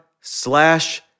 slash